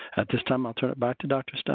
at this time, i will turn it back to dr. so